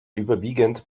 überwiegend